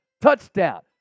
Touchdown